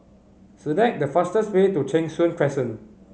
select the fastest way to Cheng Soon Crescent